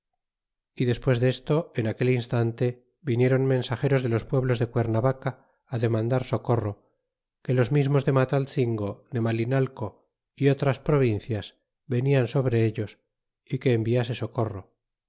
y despues desto en aquel instante vinieron mensageros de los pueblos de cuernabaca demandar socorro que los mismos de mataltzingo de malinalco y otras provincias veniau so bre ellos e que enviase socorro